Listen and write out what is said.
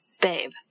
babe